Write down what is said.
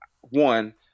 One